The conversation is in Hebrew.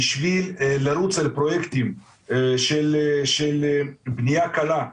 בשביל לרוץ על פרויקטים של בנייה קלה.